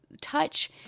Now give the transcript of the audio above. touch